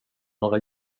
några